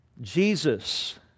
Jesus